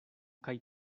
kaj